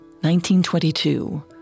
1922